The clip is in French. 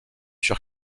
sur